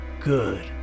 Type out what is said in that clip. Good